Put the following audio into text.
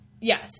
Yes